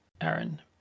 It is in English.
Aaron